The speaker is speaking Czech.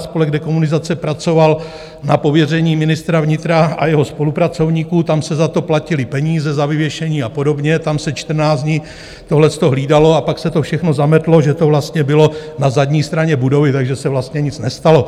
Spolek Dekomunizace pracoval na pověření ministra vnitra a jeho spolupracovníků, tam se za to platily peníze, za vyvěšení a podobně, tam se čtrnáct dní tohle to hlídalo, a pak se to všechno zametlo, že to vlastně bylo na zadní straně budovy, takže se vlastně nic nestalo.